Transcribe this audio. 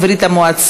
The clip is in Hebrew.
בעד,